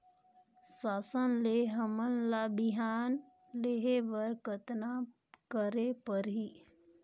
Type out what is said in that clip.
शासन से हमन ला बिहान लेहे बर कतना करे परही?